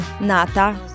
Nata